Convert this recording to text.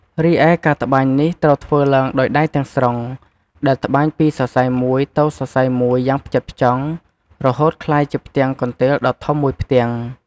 រីឯ ការត្បាញនេះត្រូវធ្វើឡើងដោយដៃទាំងស្រុង ដែលត្បាញពីសរសៃមួយទៅសរសៃមួយយ៉ាងផ្ចិតផ្ចង់ រហូតក្លាយជាផ្ទាំងកន្ទេលដ៏ធំមួយផ្ទាំង។